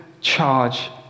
charge